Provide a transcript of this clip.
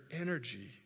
energy